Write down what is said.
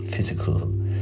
physical